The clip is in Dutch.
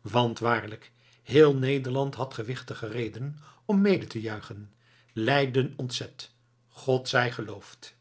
want waarlijk heel nederland had gewichtige redenen om mede te juichen leiden ontzet god zij geloofd